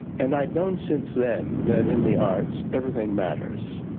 and i'd known since then that in the arts everything matters.